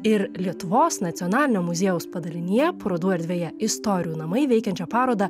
ir lietuvos nacionalinio muziejaus padalinyje parodų erdvėje istorijų namai veikiančią parodą